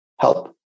help